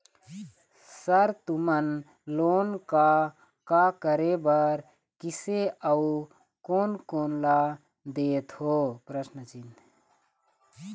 Sir तुमन loan का का करें बर, किसे अउ कोन कोन ला देथों?